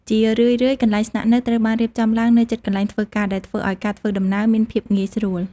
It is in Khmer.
ជារឿយៗ កន្លែងស្នាក់នៅត្រូវបានរៀបចំឡើងនៅជិតកន្លែងធ្វើការ ដែលធ្វើឱ្យការធ្វើដំណើរមានភាពងាយស្រួល ។